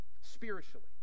spiritually